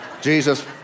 Jesus